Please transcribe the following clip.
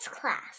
class